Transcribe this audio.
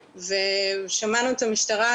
שמענו את המשטרה,